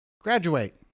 graduate